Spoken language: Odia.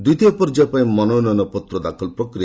ଦ୍ୱିତୀୟ ପର୍ଯ୍ୟାୟ ପାଇଁ ମନୋନୟନପତ୍ର ଦାଖଲ ପ୍ରକ୍ରି